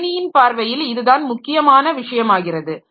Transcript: கணினியின் பார்வையில் இதுதான் முக்கியமான விஷயமாகிறது